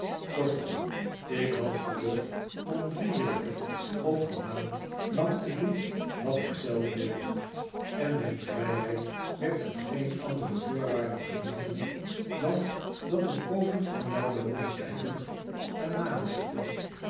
kortom ik had verlof om drie weken of een maand lang te doen wat ik zelf wilde en mijn vriiheid werd aan geen andere voorwaarden gebonden dan het bovenvermelde rondkijken en nadenken